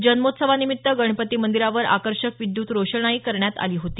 जन्मोत्सवानिमित्त गणपती मंदिरावर आकर्षक विद्युत रोषणाई करण्यात आली होती